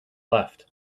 left